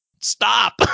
stop